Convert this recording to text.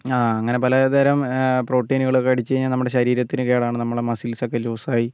ആ അങ്ങനെ പലതരം പ്രോട്ടീനുകൾ ഒക്കെ അടിച്ചു കഴിഞ്ഞാൽ നമ്മുടെ ശരീരത്തിന് കേടാണ് നമ്മുടെ മസ്സിൽസൊക്കെ ലൂസായി